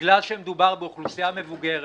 בגלל שמדובר באוכלוסייה מבוגרת,